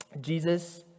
Jesus